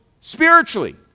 spiritually